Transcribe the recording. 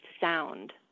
sound